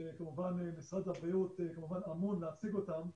שכמובן משרד הבריאות אמון להציג אותם,